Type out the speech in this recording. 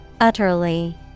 Utterly